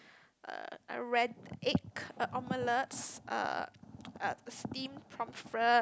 uh a rad~ egg omelettes uh uh steamed pomfret